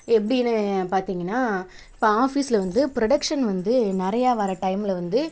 எப்படின்னு பார்த்திங்கனா இப்போ ஆஃபீஸ்ல வந்து ப்ரொடக்ஷன் வந்து நிறையா வர டைம்ல வந்து